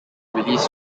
released